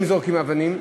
אם זורקים אבנים,